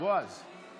יועז הנדל,